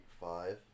five